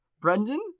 Brendan